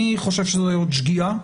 אני חושב שזאת שגיאה.